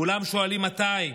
כולם שואלים מתי,